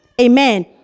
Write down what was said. Amen